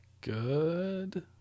Good